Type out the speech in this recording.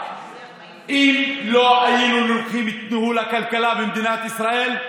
אם לא היינו לוקחים את ניהול הכלכלה במדינת ישראל,